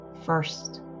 first